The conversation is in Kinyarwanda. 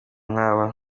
nk’aba